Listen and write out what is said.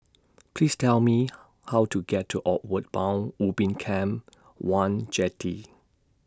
Please Tell Me How to get to Outward Bound Ubin Camp one Jetty